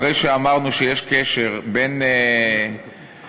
אחרי שאמרנו שיש קשר בין השבת,